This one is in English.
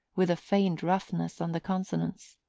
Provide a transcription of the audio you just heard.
with a faint roughness on the consonants.